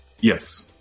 Yes